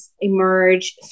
emerge